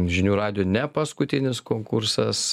žinių radijuj ne paskutinis konkursas